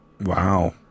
wow